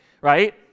Right